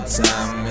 time